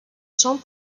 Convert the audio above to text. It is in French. sans